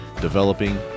developing